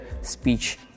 speech